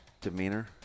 demeanor